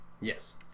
Yes